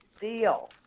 deal